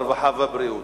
הרווחה והבריאות.